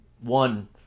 one